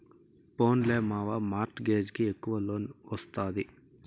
పోన్లే మావా, mortgage కి ఎక్కవ లోన్ ఒస్తాది